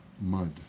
Mud